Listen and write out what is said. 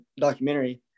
documentary